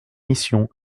missions